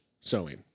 Sewing